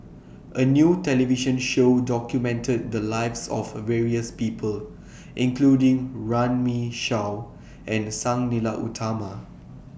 A New television Show documented The Lives of various People including Runme Shaw and Sang Nila Utama